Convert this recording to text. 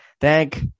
Thank